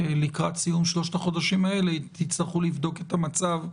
לקראת סיום שלושת החודשים האלה תצטרכו לבדוק את המצב.